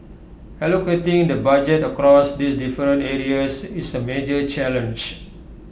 allocating the budget across these different areas is A major challenge